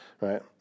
right